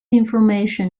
information